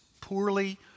poorly